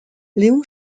léon